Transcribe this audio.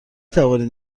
توانید